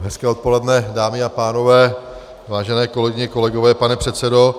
Hezké odpoledne, dámy a pánové, vážené kolegyně, kolegové, pane předsedo.